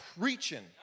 preaching